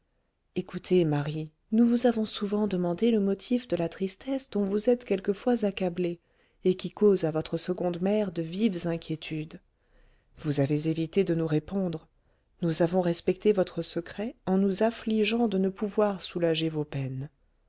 écoutez marie nous vous avons souvent demandé le motif de la tristesse dont vous êtes quelquefois accablée et qui cause à votre seconde mère de vives inquiétudes vous avez évité de nous répondre nous avons respecté votre secret en nous affligeant de ne pouvoir soulager vos peines